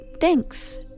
Thanks